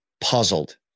puzzled